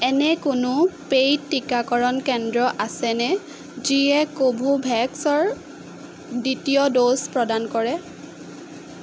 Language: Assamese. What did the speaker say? এনে কোনো পেইড টীকাকৰণ কেন্দ্ৰ আছেনে যিয়ে কভোভেক্সৰ দ্বিতীয় ড'জ প্ৰদান কৰে